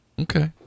Okay